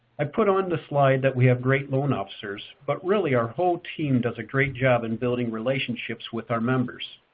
i put on the slide that we have great loan officers, but really, our whole team does a great job in building relationships with our members.